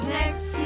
Next